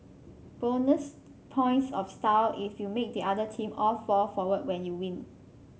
bonus points of style if you make the other team all fall forward when you win